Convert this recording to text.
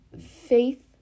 Faith